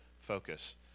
focus